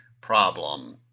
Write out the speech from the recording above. problem